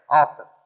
often